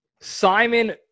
Simon